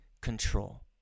control